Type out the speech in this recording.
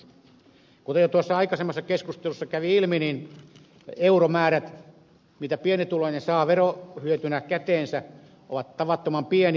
kuten jo tuossa aikaisemmassa keskustelussa kävi ilmi euromäärät mitä pienituloinen saa verohyötynä käteensä ovat tavattoman pieniä